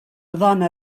dona